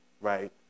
right